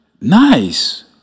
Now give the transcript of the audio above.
Nice